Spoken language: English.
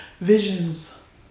visions